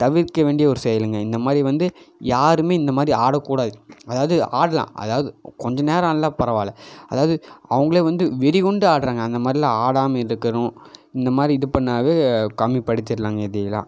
தவிர்க்க வேண்டிய ஒரு செயலுங்க இந்த மாதிரி வந்து யாரும் இந்த மாதிரி ஆடக்கூடாது அதாவது ஆடலாம் அதாவது கொஞ்சம் நேரம் ஆடினா பரவாயில்லை அதாவது அவங்களே வந்து வெறி கொண்டு ஆடறாங்க அந்த மாதிரிலான் ஆடாமல் இருக்கணும் இந்த மாதிரி இது பண்ணால் கம்மி படுத்திடலாங்க இதையெல்லாம்